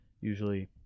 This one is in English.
usually